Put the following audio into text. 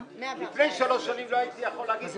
לפני שלוש שנים לא הייתי יכול להגיד,